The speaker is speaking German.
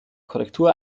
korrektur